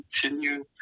continue